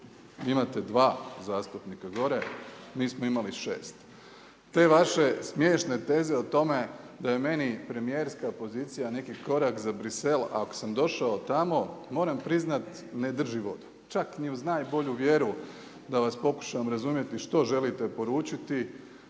imate dva zastupnika gore, mi smo imali šest. Te vaše smiješne teze o tome da je meni premijerska pozicija neki korak za Brisel a ako sam došao tamo, moram priznati ne drži volju, čak ni uz najbolju vjeru, da vas pokušam razumjeti što želite poručiti,